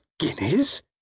Guineas